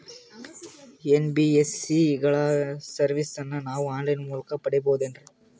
NBSC ಗಳ ಸರ್ವಿಸನ್ನ ನಾವು ಆನ್ ಲೈನ್ ಮೂಲಕ ಪಡೆಯಬಹುದೇನ್ರಿ?